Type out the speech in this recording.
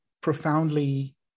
profoundly